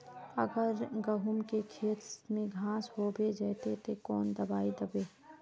अगर गहुम के खेत में घांस होबे जयते ते कौन दबाई दबे?